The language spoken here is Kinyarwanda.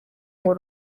ngo